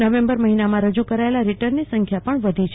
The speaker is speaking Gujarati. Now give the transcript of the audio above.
નવેમ્બર મહિનામાં રજૂ કરાયેલા રિટર્નની સંખ્યા પણ વધી છે